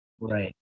Right